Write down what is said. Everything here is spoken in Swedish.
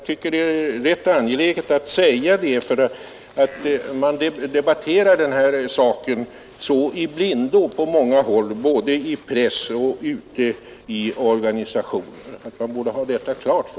Det är angeläget att säga detta, därför att man på många håll, både i press och i organisationer, debatterar så i blindo.